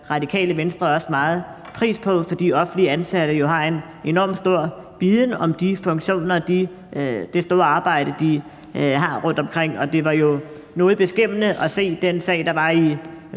Radikale Venstre også meget pris på, fordi offentligt ansatte jo har en enormt stor viden om de funktioner og det store arbejde, som de har rundtomkring. Og det var jo noget beskæmmende at se den sag, der var i